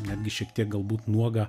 netgi šiek tiek galbūt nuogą